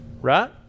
right